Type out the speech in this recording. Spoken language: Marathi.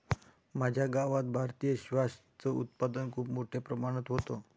माझ्या गावात भारतीय स्क्वॅश च उत्पादन खूप मोठ्या प्रमाणात होतं